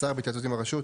השר בהתייעצות עם הרשות?